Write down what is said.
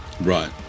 Right